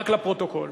רק לפרוטוקול,